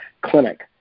clinic